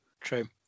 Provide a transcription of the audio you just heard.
true